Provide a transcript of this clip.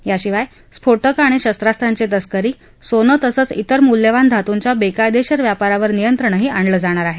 याशिवाय स्फोटक आणि शस्त्रासांची तस्करी सोनं तसंच दिवर मुल्यवान धातूंच्या बेकायदेशीर व्यापारावर नियत्रण आणलं जाणार आहे